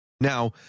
Now